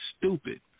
stupid